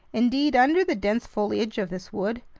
indeed, under the dense foliage of this wood,